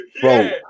Bro